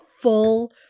full